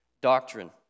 doctrine